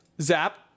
Zap